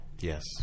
Yes